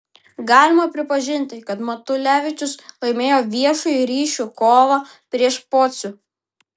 galima pripažinti kad matulevičius laimėjo viešųjų ryšių kovą prieš pocių